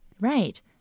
Right